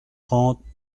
trente